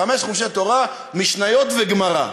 חמשת חומשי תורה, משניות וגמרא.